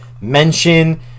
mention